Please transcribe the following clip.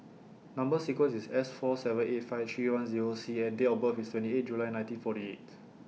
Number sequence IS S four seven eight five three one Zero C and Date of birth IS twenty eight July nineteen forty eight